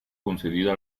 concedida